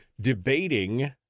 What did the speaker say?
debating